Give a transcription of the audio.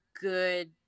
good